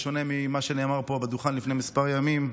בשונה ממה שנאמר פה בדוכן לפני כמה ימים.